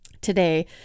today